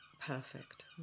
perfect